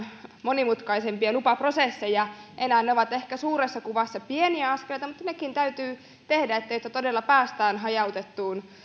monimutkaisempia lupaprosesseja enää ne ovat ehkä suuressa kuvassa pieniä askeleita mutta nekin täytyy tehdä jotta todella päästään hajautettuun